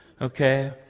Okay